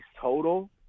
total